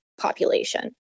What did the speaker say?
population